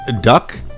duck